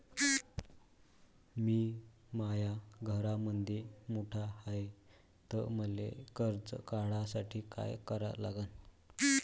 मी माया घरामंदी मोठा हाय त मले कर्ज काढासाठी काय करा लागन?